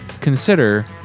consider